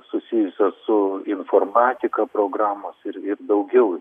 susijusios su informatika programos ir ir daugiau